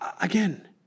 Again